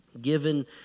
given